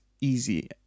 easy